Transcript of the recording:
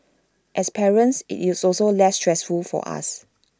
as parents IT is also less stressful for us